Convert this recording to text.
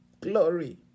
Glory